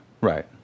Right